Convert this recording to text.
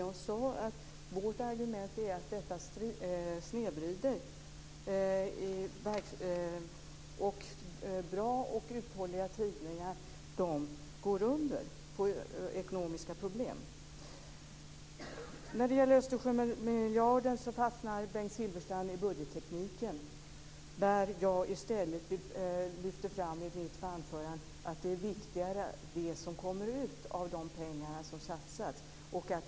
Jag sade att vårt argument är att detta snedvrider och att bra och uthålliga tidningar får ekonomiska problem och går under. När det gäller Östersjömiljarden fastnar Bengt Silfverstrand i budgettekniken. Jag lyfter i stället fram i mitt anförande att det som kommer ut av de pengar som satsas är viktigare.